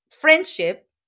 friendship